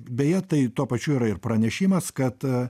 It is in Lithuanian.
beje tai tuo pačiu yra ir pranešimas kad